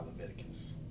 Leviticus